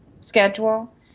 schedule